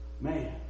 Man